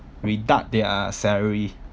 deduct their salary